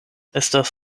estas